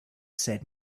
said